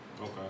Okay